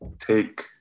take